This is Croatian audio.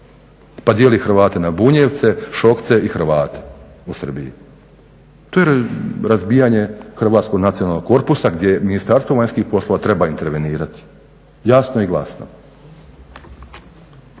pa dijeli Hrvate na Bunjevce, Šokce i Hrvate u Srbiji. To je razbijanje Hrvatskog nacionalnog korpusa gdje Ministarstvo vanjskih poslova treba intervenirati, jasno i glasno.